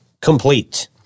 complete